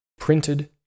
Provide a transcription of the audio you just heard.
printed